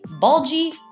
bulgy